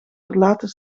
verlaten